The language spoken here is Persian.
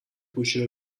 گوشی